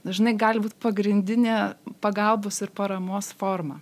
dažnai gali būt pagrindinė pagalbos ir paramos forma